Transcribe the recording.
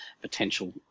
potential